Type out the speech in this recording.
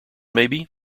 maybe